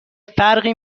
فرقی